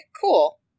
cool